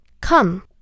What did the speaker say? Come